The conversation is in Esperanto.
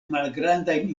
malgrandajn